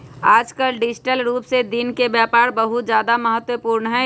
आजकल डिजिटल रूप से दिन के व्यापार बहुत ज्यादा महत्वपूर्ण हई